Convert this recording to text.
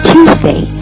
Tuesday